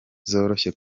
zoroshye